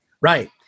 Right